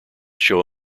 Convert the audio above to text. show